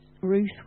Ruth